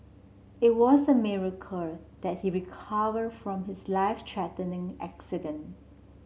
it was a miracle that he recover from his life threatening accident